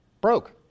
Broke